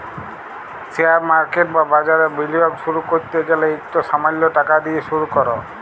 share market বা বাজারে বিলিয়গ শুরু ক্যরতে গ্যালে ইকট সামাল্য টাকা দিঁয়ে শুরু কর